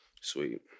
Sweet